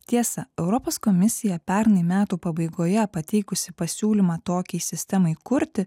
tiesa europos komisija pernai metų pabaigoje pateikusi pasiūlymą tokiai sistemai kurti